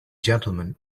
gentlemen